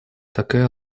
такая